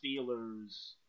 Steelers